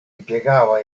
impiegava